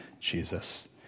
Jesus